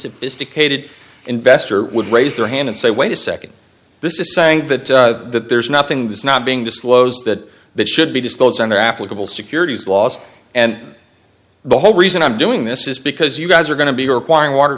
sophisticated investor would raise their hand and say wait a nd this is saying that there's nothing that's not being disclosed that that should be disclosed under applicable securities laws and the whole reason i'm doing this is because you guys are going to be requiring water